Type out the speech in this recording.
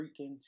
freaking